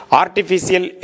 artificial